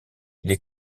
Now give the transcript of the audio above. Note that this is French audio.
les